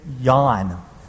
yawn